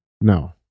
No